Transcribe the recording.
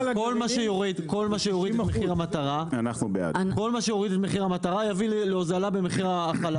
כל מה שיוריד את מחיר המטרה יביא להוזלה במחיר החלב.